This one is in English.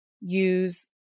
use